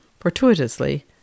fortuitously